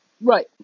Right